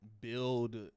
build